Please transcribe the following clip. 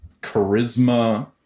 charisma